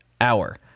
hour